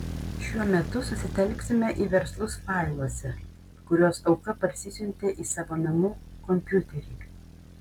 šiuo metu susitelksime į verslus failuose kuriuos auka parsisiuntė į savo namų kompiuterį